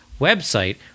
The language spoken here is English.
website